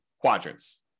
quadrants